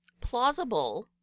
Plausible